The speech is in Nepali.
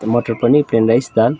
त्यो मटर पनिर प्लेन राइस दाल